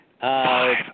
Five